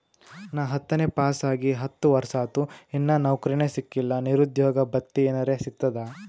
ನಾ ಹತ್ತನೇ ಪಾಸ್ ಆಗಿ ಹತ್ತ ವರ್ಸಾತು, ಇನ್ನಾ ನೌಕ್ರಿನೆ ಸಿಕಿಲ್ಲ, ನಿರುದ್ಯೋಗ ಭತ್ತಿ ಎನೆರೆ ಸಿಗ್ತದಾ?